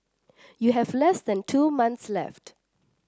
you have less than two months left